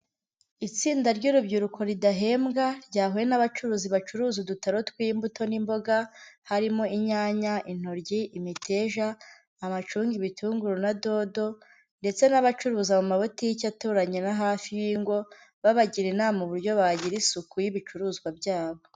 Itsinda ry'urubyiruko ridahembwa, ryahuye n'abacuruzi bacuruza udutaro tw'imbuto n'imboga, harimo: inyanya, intoryi, imiteja, amacunga, ibitunguru na dodo, ndetse n'abacuruza mu mabutike aturanye na hafi y'ingo, babagira inama uburyo bagira isuku y'ibicuruzwa byabo.